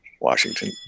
Washington